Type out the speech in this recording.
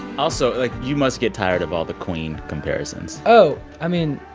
also, like, you must get tired of all the queen comparisons oh, i mean,